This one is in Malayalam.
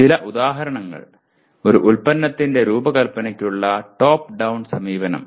ചില ഉദാഹരണങ്ങൾ ഒരു ഉൽപ്പന്നത്തിന്റെ രൂപകൽപ്പനയ്ക്കുള്ള ടോപ്പ് ഡൌൺ സമീപനം